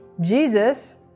Jesus